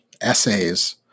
essays